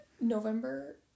November